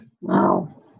Wow